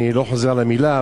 אני לא חוזר על המלה,